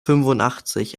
fünfundachtzig